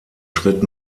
schritt